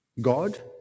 God